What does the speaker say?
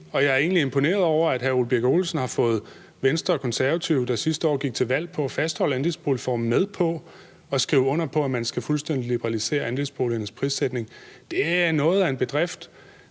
egentlig imponeret over, at hr. Ole Birk Olesen har fået Venstre og Konservative, der sidste år gik til valg på at fastholde andelsboligformen, med på at skrive under på, at man fuldstændig skal liberalisere andelsboligernes prissætning. Det er noget af en bedrift.